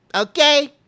okay